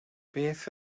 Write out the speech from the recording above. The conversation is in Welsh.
beth